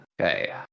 okay